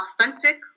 authentic